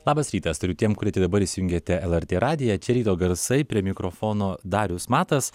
labas rytas tariu tiem kurie tik dabar įsijungėte lrt radiją ryto garsai prie mikrofono darius matas